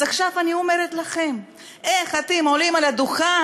אז עכשיו אני אומרת לכם: איך אתם עולים לדוכן,